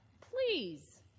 Please